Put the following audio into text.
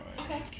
Okay